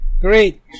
great